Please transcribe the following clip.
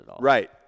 Right